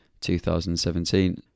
2017